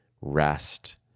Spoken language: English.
rest